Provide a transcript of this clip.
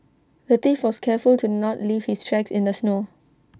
the thief was careful to not leave his tracks in the snow